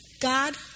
God